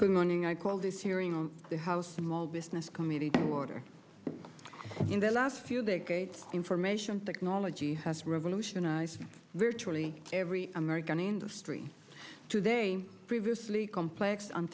good morning i call this hearing on the house small business committee to order in the last few decades information technology has revolutionized virtually every american industry today previously complex on